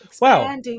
wow